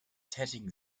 tätigen